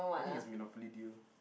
I think is Monopoly Deal